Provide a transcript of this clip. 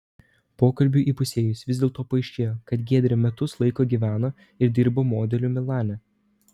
pokalbiui įpusėjus vis dėlto paaiškėjo kad giedrė metus laiko gyveno ir dirbo modeliu milane